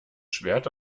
schwert